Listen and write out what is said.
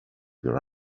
your